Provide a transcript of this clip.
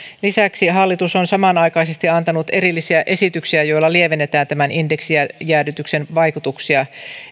lisäksi hallitus on samanaikaisesti antanut erillisiä esityksiä joilla lievennetään tämän indeksijäädytyksen vaikutuksia